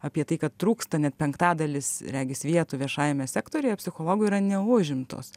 apie tai kad trūksta net penktadalis regis vietų viešajame sektoriuje psichologų yra neužimtos